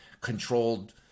controlled